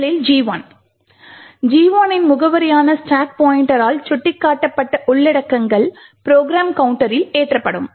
முதலில் G1 இன் முகவரியான ஸ்டாக் பாய்ண்ட்டரால் சுட்டிக்காட்டப்பட்ட உள்ளடக்கங்கள் ப்ரோக்ராம் கவுண்டரில் ஏற்றப்படும்